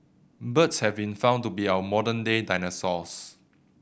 birds have been found to be our modern day dinosaurs